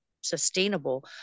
sustainable